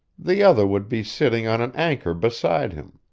the other would be sitting on an anchor beside him.